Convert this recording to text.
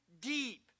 deep